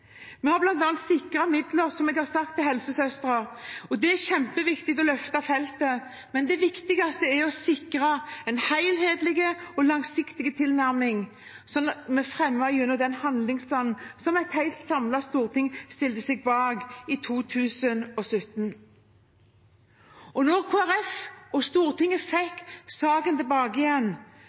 Vi har bl.a. sikret midler, som jeg har sagt, til helsesøstre. Det er kjempeviktig å løfte feltet, men det viktigste er å sikre en helhetlig og langsiktig tilnærming, som vi fremmet gjennom den handlingsplanen som et samlet storting stilte seg bak i 2017. Da Stortinget fikk saken tilbake igjen,